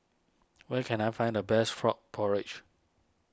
where can I find the best Frog Porridge